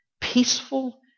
peaceful